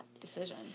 decision